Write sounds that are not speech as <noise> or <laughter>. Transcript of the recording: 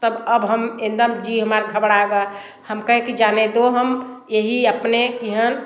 तब अब हम एकदम जी हमारा घबड़ाएगा हम कहे कि जाने दो हम यही अपने <unintelligible>